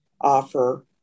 offer